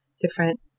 different